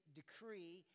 decree